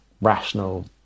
rational